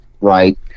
right